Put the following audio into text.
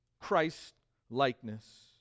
Christ-likeness